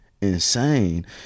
insane